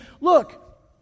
look